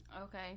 Okay